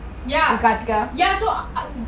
ya got got ya so